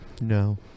No